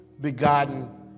begotten